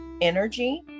energy